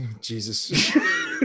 Jesus